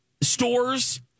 stores